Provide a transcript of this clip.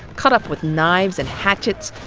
cut up with knives and hatchets,